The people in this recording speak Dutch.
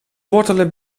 wortelen